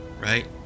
right